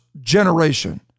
generation